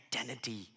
identity